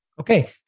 Okay